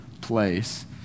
place